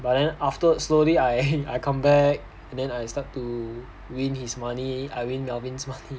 but then afterwards slowly I I come back and then I start to win his money I win alvin's money